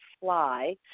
fly